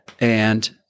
And-